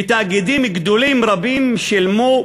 ותאגידים גדולים רבים שילמו,